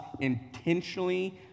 intentionally